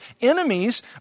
enemies